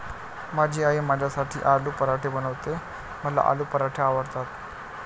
माझी आई माझ्यासाठी आलू पराठे बनवते, मला आलू पराठे आवडतात